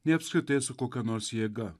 nei apskritai su kokia nors jėga